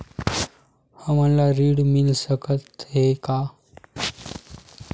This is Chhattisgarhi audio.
हमन ला ऋण मिल सकत हे का?